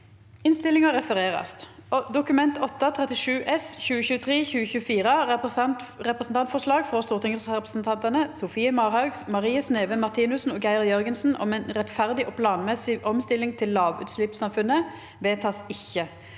v e d t a k : Dokument 8:37 S (2023–2024) – Representantforslag fra stortingsrepresentantene Sofie Marhaug, Marie Sneve Martinussen og Geir Jørgensen om en rettferdig og planmessig omstilling til lavutslippssamfunnet – vedtas ikke.